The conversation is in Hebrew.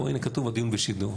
הינה כתוב: הדיון בשידור.